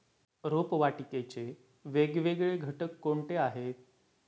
रोपवाटिकेचे वेगवेगळे घटक कोणते आहेत?